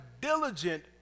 diligent